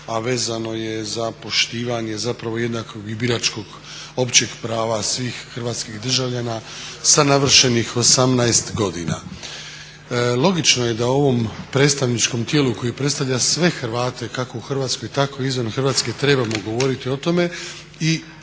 a vezano je za poštivanje, zapravo jednakog i biračkog, općeg prava svih hrvatskih državljana sa navršenih 18 godina. Logično je da ovom predstavničkom tijelu koji predstavlja sve Hrvate kako u Hrvatskoj tako i izvan Hrvatske trebamo govoriti o tome i